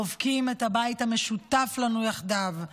חובקים את הבית המשותף לנו יחדיו.